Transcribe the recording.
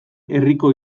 herriko